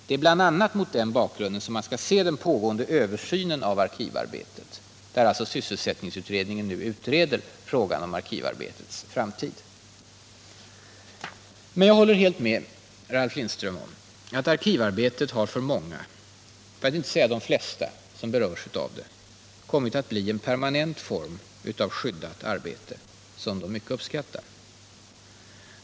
Det är bl.a. mot den bakgrunden vi skall se den pågående översynen av arkivarbetet, där alltså sysselsättningsutredningen arbetar med frågan om arkivarbetets framtid. Men jag håller helt med Ralf Lindström om att arkivarbetet för många, för att inte säga de flesta som berörs av det, har kommit att bli en permanent form av skyddat arbete som de mycket uppskattar.